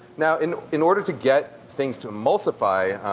now in in order to get things to emulsify,